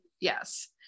Yes